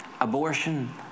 abortion